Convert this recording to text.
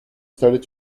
started